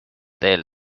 teel